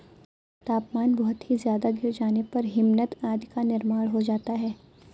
तापमान बहुत ही ज्यादा गिर जाने पर हिमनद आदि का निर्माण हो जाता है